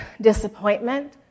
disappointment